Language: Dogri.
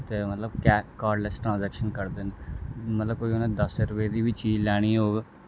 ते मतलब कै कार्डलैस ट्रांजैक्शन करदे न मतलब कोई उ'नें कोई दस रपेऽ दी बी चीज लैनी होग